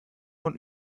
von